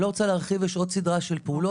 אני לא רוצה להרחיב, יש עוד סדרה של פעולות.